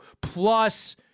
plus